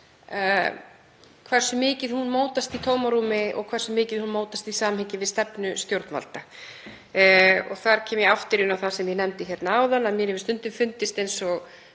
hversu mikið hún mótast í tómarúmi og hversu mikið hún mótast í samhengi við stefnu stjórnvalda. Þar kem ég aftur inn á það sem ég nefndi hérna áðan, að mér hefur stundum fundist eins og